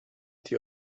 die